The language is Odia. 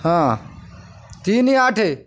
ହଁ ତିନି ଆଠ